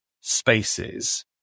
spaces